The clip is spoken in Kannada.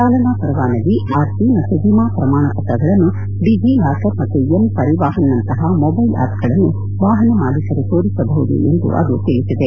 ಚಾಲನಾ ಪರವಾನಗಿ ಆರ್ ಸಿ ಮತ್ತು ವಿಮಾ ಪ್ರಮಾಣಪತ್ರಗಳನ್ನು ಡಿಜಿ ಲಾಕರ್ ಮತ್ತು ಎಂ ಪರಿವಾಹನ್ನಂತಹ ಮೊಬೈಲ್ ಆಪ್ಗಳನ್ನು ವಾಹನ ಮಾಲೀಕರು ತೋರಿಸಬಹುದು ಎಂದು ಅದು ತಿಳಿಸಿದೆ